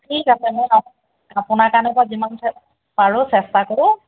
ঠিক আছে মই বাৰু আপোনাৰ কাৰণে বাৰু যিমান পা পাৰোঁ চেষ্টা কৰোঁ